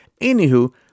Anywho